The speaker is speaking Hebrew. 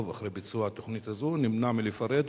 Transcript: אחרי ביצוע התוכנית הזאת נמנע מלפרט,